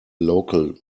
local